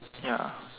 ya